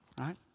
Right